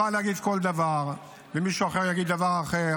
-- שאפשר לנהל בה ויכוחים, זה בסדר גמור,